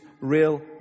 real